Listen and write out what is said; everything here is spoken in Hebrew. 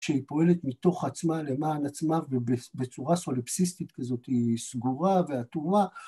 שהיא פועלת מתוך עצמה למען עצמה בצורה סולפסיסטית כזאת, היא סגורה ואטומה.